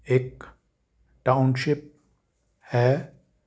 ਇੱਕ ਟਾਊਨਸ਼ਿਪ ਹੈ